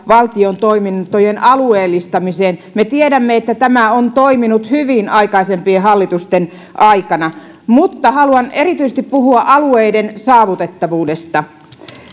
valtion toimintojen alueellistamiseen me tiedämme että tämä on toiminut hyvin aikaisempien hallitusten aikana mutta haluan erityisesti puhua alueiden saavutettavuudesta